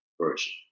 version